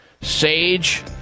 sage